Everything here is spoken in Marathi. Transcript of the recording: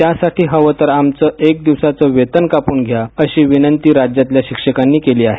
त्यासाठी हवं तर आमचं क दिवसाचं वेतन कापून घ्या अशी विनंती राज्यातल्या शिक्षकांनी केली आहे